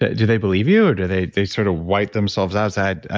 ah do they believe you, or do they they sort of wipe themselves outside,